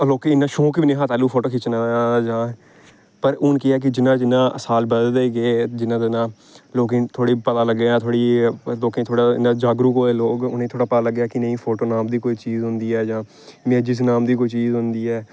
लोकें गी इन्ना शौंक बी निं हा लैह्ल्लूं फोटो खिच्चने दा जां पर हून केह् ऐ कि जियां जियां साल बधदे गे जियां जियां लोकें गी थोह्ड़े पता लग्गेआ थोह्ड़ी जेही इ'यां जागरूक होऐ लोक उनेंगी थोह्ड़ा पता लग्गेआ कि नेईं फोटो नाम दी कोई चीज होंदी ऐ जां इमेजिज़ नाम दी कोई चीज बी होंदी ऐ